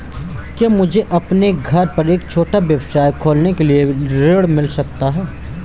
क्या मुझे अपने घर पर एक छोटा व्यवसाय खोलने के लिए ऋण मिल सकता है?